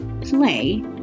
play